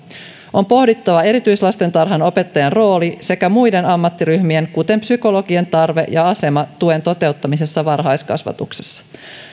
on pohdittava erityislastentarhanopettajan rooli sekä muiden ammattiryhmien kuten psykologien tarve ja asema tuen toteuttamisessa varhaiskasvatuksessa